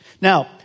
Now